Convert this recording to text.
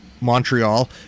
Montreal